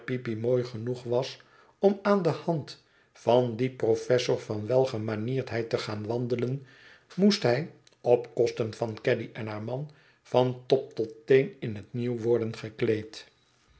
mooi genoeg was om aan de hand van dien professor van welgemanierdheid te gaan wandelen moest hij op kosten van caddy en haar man van top tot teen in het nieuw worden gekleed